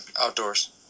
outdoors